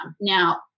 Now